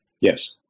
Yes